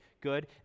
good